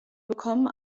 bekommen